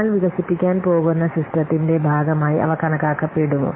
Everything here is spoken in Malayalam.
നിങ്ങൾ വികസിപ്പിക്കാൻ പോകുന്ന സിസ്റ്റത്തിന്റെ ഭാഗമായി അവ കണക്കാക്കപ്പെടുമോ